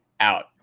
out